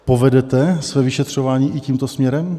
Povedete své vyšetřování i tímto směrem?